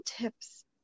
tips